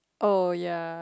oh ya